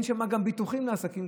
גם אין שם ביטוחים לעסקים,